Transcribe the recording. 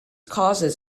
causes